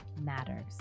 matters